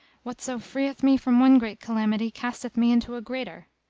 whatso freeth me from one great calamity casteth me into a greater!